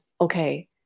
okay